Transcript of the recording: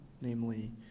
namely